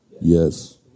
Yes